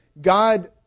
God